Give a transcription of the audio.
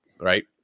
right